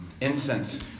incense